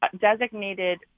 designated